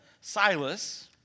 Silas